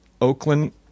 Oakland –